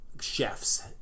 Chefs